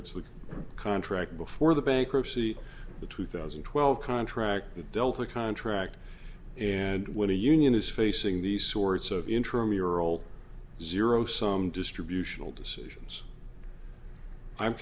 it's the contract before the bankruptcy the two thousand and twelve contract delta contract and when a union is facing these sorts of intramural zero sum distributional decisions i'm